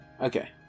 Okay